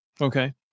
Okay